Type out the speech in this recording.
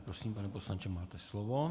Prosím, pane poslanče, máte slovo.